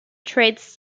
trades